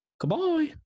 Goodbye